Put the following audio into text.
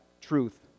truth